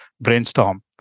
brainstorm